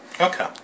Okay